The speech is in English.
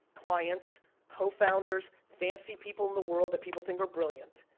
clients, co-founders, fancy people in the world that people think are brilliant,